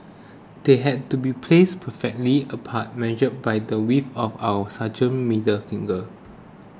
they had to be placed perfectly apart measured by the width of our sergeants middle finger